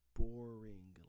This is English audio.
boring